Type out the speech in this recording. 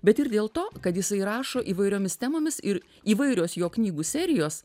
bet ir dėl to kad jisai rašo įvairiomis temomis ir įvairios jo knygų serijos